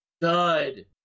dud